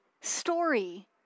story